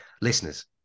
Listeners